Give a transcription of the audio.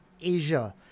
Asia